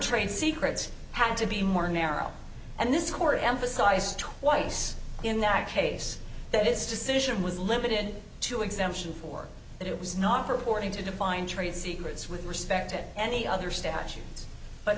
trade secrets had to be more narrow and this court emphasized twice in that case that its decision was limited to exemptions for that it was not purporting to define trade secrets with respect to any other statutes but